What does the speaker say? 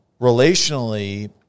relationally